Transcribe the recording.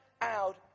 out